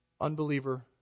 Unbeliever